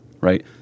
right